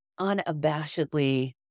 unabashedly